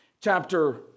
chapter